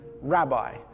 rabbi